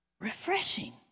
refreshing